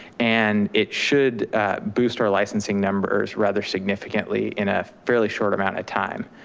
and it should boost our licensing numbers rather significantly in a fairly short amount of time.